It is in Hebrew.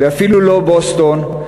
ואפילו לא בוסטון,